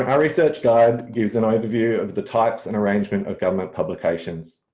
and research guide gives an overview of the types and arrangement of government publications.